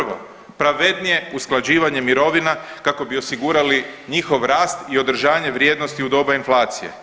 Prvo, pravednije usklađivanje mirovina kako bi osigurali njihov rast i održanje vrijednosti u doba inflacije.